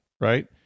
right